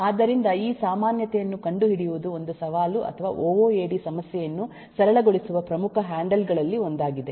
ಆದ್ದರಿಂದ ಈ ಸಾಮಾನ್ಯತೆಯನ್ನು ಕಂಡುಹಿಡಿಯುವುದು ಒಂದು ಸವಾಲು ಅಥವಾ ಒ ಒ ಎ ಡಿ ಸಮಸ್ಯೆಯನ್ನು ಸರಳಗೊಳಿಸುವ ಪ್ರಮುಖ ಹ್ಯಾಂಡಲ್ ಗಳಲ್ಲಿ ಒಂದಾಗಿದೆ